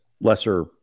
lesser